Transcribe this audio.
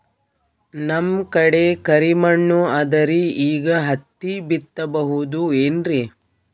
ನಮ್ ಕಡೆ ಕರಿ ಮಣ್ಣು ಅದರಿ, ಈಗ ಹತ್ತಿ ಬಿತ್ತಬಹುದು ಏನ್ರೀ?